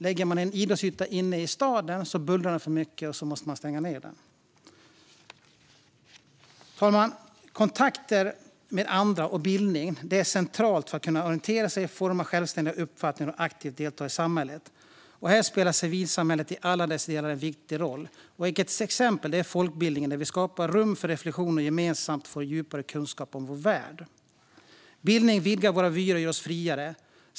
Lägger man en idrottsyta inne i staden bullrar den för mycket, och så måste man stänga ned den. Fru talman! Kontakter med andra och bildning är centralt för att kunna orientera sig, forma självständiga uppfattningar och aktivt delta i samhället. Här spelar civilsamhällets alla delar en viktig roll. Ett exempel är folkbildningen, där vi skapar rum för reflektion och gemensamt får djupare kunskap om vår värld. Bildning vidgar våra vyer och gör oss friare.